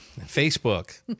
Facebook